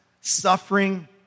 suffering